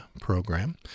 program